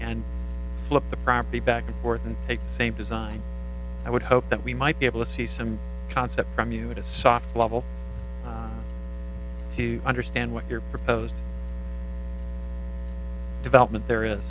and flip the property back and forth and take the same design i would hope that we might be able to see some concept from you in a soft level to understand what your proposed development there